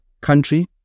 country